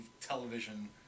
television